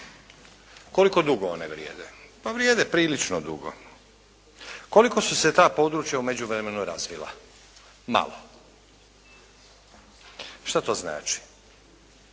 Koliko dugo one vrijede? Pa vrijede prilično dugo. Koliko su se ta područja u međuvremenu razvila? Malo. Što to znači?